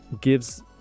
gives